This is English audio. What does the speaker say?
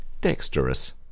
Dexterous